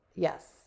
Yes